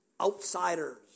outsiders